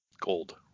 gold